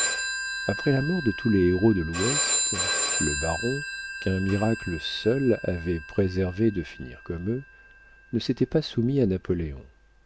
après la mort de tous les héros de l'ouest le baron qu'un miracle seul avait préservé de finir comme eux ne s'était pas soumis à napoléon